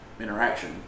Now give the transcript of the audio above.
interaction